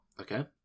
Okay